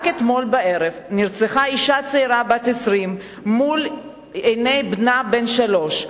רק אתמול בערב נרצחה אשה צעירה בת 20 מול עיני בנה בן השלוש.